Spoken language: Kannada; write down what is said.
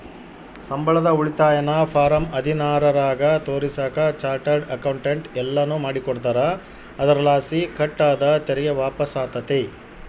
ಸಂಬಳದ ಉಳಿತಾಯನ ಫಾರಂ ಹದಿನಾರರಾಗ ತೋರಿಸಾಕ ಚಾರ್ಟರ್ಡ್ ಅಕೌಂಟೆಂಟ್ ಎಲ್ಲನು ಮಾಡಿಕೊಡ್ತಾರ, ಅದರಲಾಸಿ ಕಟ್ ಆದ ತೆರಿಗೆ ವಾಪಸ್ಸಾತತೆ